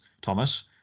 Thomas